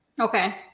Okay